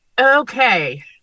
Okay